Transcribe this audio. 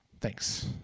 Thanks